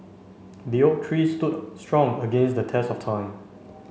the oak tree stood strong against the test of time